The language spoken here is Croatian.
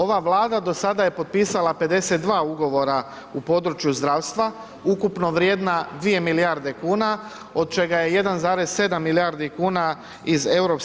Ova Vlada do sada je potpisala 52 ugovora u području zdravstva, ukupno vrijedna 2 milijarde kuna, od čega je 1,7 milijardi kuna iz EU